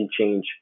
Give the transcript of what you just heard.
change